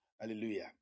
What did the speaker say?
Hallelujah